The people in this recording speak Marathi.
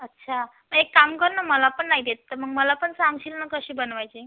अच्छा मग एक काम कर नं मला पण नाही येत तर मग मला पण सांगशील नं कसे बनवायचे